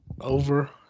over